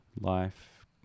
life